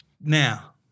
now